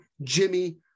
Jimmy